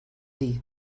dir